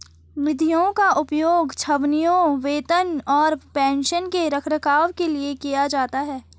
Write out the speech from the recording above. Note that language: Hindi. निधियों का उपयोग छावनियों, वेतन और पेंशन के रखरखाव के लिए किया जाता है